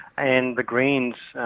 and the greens,